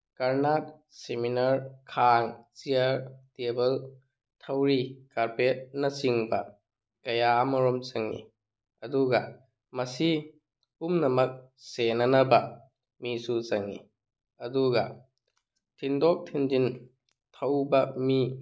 ꯀꯔꯅꯥꯠ seminar ꯈꯥꯡ chair table ꯊꯧꯔꯤ ꯀꯥꯔꯄꯦꯠꯅꯆꯤꯡꯕ ꯀꯌꯥ ꯑꯃꯔꯣꯝ ꯆꯪꯉꯤ ꯑꯗꯨꯒ ꯃꯁꯤ ꯄꯨꯝꯅꯃꯛ ꯁꯦꯟꯅꯅꯕ ꯃꯤꯁꯨ ꯆꯪꯉꯤ ꯑꯗꯨꯒ ꯊꯤꯟꯗꯣꯛ ꯊꯤꯟꯖꯤꯟ ꯊꯧꯕ ꯃꯤ